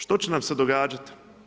Što će nam se događati?